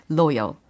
loyal